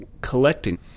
collecting